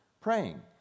praying